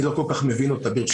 אני לא כל כך מבין אותה, ברשותך.